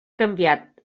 canviat